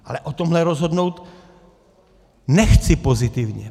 Ale o tomhle rozhodnout nechci pozitivně.